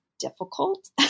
difficult